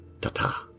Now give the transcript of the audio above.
Ta-ta